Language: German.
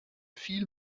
viel